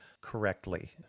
correctly